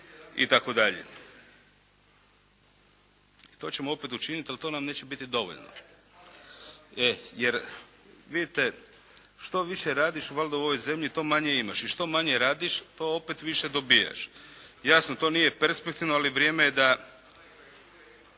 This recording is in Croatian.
itd. I to ćemo opet učiniti ali to nam neće biti dovoljno, jer vidite, što više radiš valjda u ovom zemlji to manje imaš. I što manje radiš, to opet više dobijaš. Jasno to nije perspektivno ali vrijeme je da